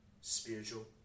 spiritual